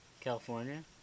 California